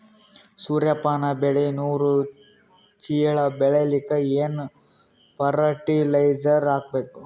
ಸೂರ್ಯಪಾನ ಬೆಳಿ ನೂರು ಚೀಳ ಬೆಳೆಲಿಕ ಏನ ಫರಟಿಲೈಜರ ಹಾಕಬೇಕು?